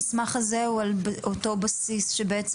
המסמך הזה הוא על אותו בסיס שבעצם